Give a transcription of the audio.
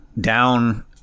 down